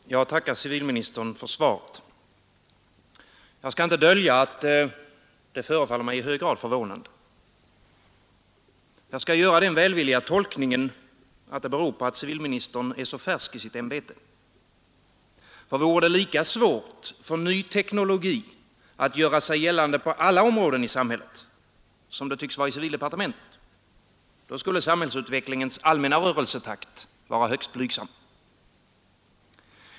Herr talman! Jag tackar civilministern för svaret. Jag skall inte dölja att det förefaller mig i hög grad förvånande. Jag skall göra den välvilliga tolkningen att det beror på att civilministern är så färsk i sitt ämbete. För vore det lika svårt för ny teknologi att göra sig gällande på alla områden i samhället som det tycks vara i civildepartementet, då skulle samhällsutvecklingens allmänna rörelsetakt vara högst blygsam.